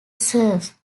surf